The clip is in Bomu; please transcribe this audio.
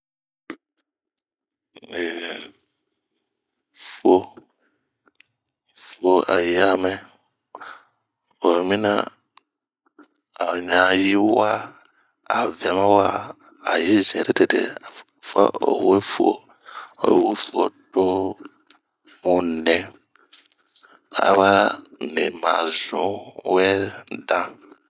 Ehh fuo, fuo a yamɛɛ, oyi mina a'O ɲa yiwa a o ɲa Vɛ ma waa, ayi zinre tete faa o we fuo. aba nii ma zun wɛ dan.